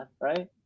right